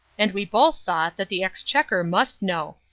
and we both thought that the exchequer must know.